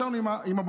נשארנו עם בודדות.